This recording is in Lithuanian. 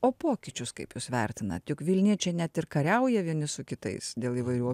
o pokyčius kaip jūs vertinat juk vilniečiai net ir kariauja vieni su kitais dėl įvairių